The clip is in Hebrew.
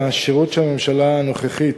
השירות שהממשלה הנוכחית